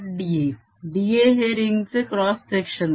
da da हे रिंगचे cross section आहे